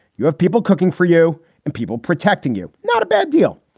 you have people cooking for you and people protecting you. not a bad deal.